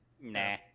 nah